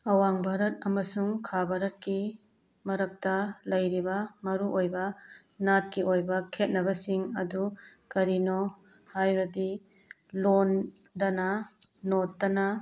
ꯑꯋꯥꯡ ꯚꯥꯔꯠ ꯑꯃꯁꯨꯡ ꯈꯥ ꯚꯥꯔꯠꯀꯤ ꯃꯔꯛꯇ ꯂꯩꯔꯤꯕ ꯃꯔꯨ ꯑꯣꯏꯕ ꯅꯥꯠꯀꯤ ꯑꯣꯏꯕ ꯈꯦꯠꯅꯕꯁꯤꯡ ꯑꯗꯨ ꯀꯔꯤꯅꯣ ꯍꯥꯏꯔꯗꯤ ꯂꯣꯟꯗꯅ ꯅꯣꯔꯠꯇꯅ